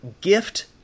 gift